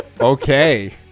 Okay